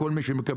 כל מי שמקבל,